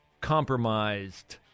compromised